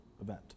event